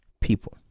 people